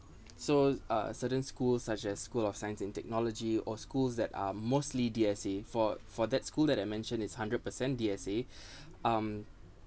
so uh certain schools such as school of science and technology or schools that are mostly D_S_A for for that school that I mentioned is hundred percent D_S_A um